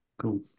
Cool